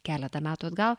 keletą metų atgal